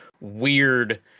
weird